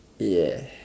ya